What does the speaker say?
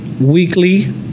weekly